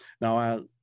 Now